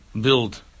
build